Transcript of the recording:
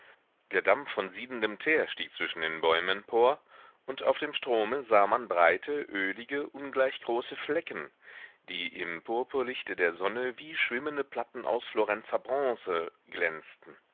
der dampf von siedendem teer stieg zwischen den bäumen empor und auf dem strome sah man breite ölige ungleich große flecken die im purpurlichte der sonne wie schwimmende platten aus florenzer bronze glänzten